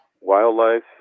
wildlife